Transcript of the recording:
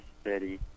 steady